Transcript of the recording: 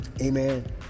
amen